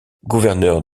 gouverneur